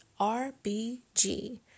RBG